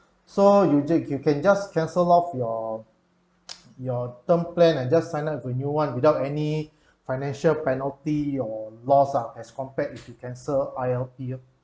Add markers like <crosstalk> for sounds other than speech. so you j~ you can just cancel off your <noise> your term plan and just sign up with a new one without any financial penalty or loss ah as compared if you cancel I_L_P uh